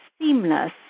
seamless